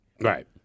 right